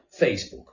facebook